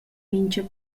mintga